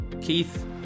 Keith